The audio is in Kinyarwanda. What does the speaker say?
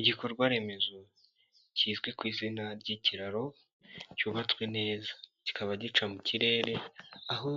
Igikorwa remezo kizwi ku izina ry'ikiraro cyubatswe neza, kikaba gica mu kirere aho